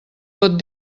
pot